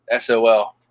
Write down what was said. SOL